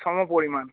সম পরিমাণ